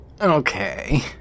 Okay